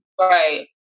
right